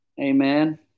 Amen